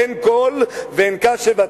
אין קול ואין קשב,